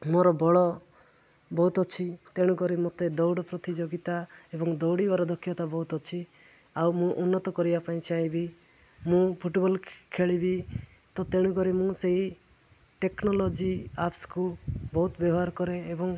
ମୋର ବଳ ବହୁତ ଅଛି ତେଣୁକରି ମୋତେ ଦୌଡ଼ ପ୍ରତିଯୋଗିତା ଏବଂ ଦୌଡ଼ିବାର ଦକ୍ଷତା ବହୁତ ଅଛି ଆଉ ମୁଁ ଉନ୍ନତ କରିବା ପାଇଁ ଚାହିଁବି ମୁଁ ଫୁଟ୍ବଲ୍ ଖେଳିବି ତ ତେଣୁକରି ମୁଁ ସେହି ଟେକ୍ନୋଲୋଜି ଆପ୍ସକୁ ବହୁତ ବ୍ୟବହାର କରେ ଏବଂ